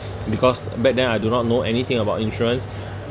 because back then I do not know anything about insurance